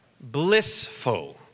blissful